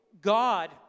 God